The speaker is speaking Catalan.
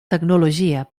tecnologia